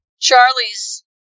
Charlie's